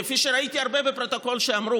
כפי שראיתי בפרוטוקול הרבה שאמרו,